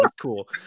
cool